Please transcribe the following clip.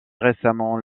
récemment